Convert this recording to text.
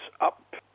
up